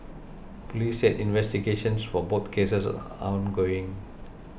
police said investigations for both cases are ongoing